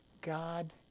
God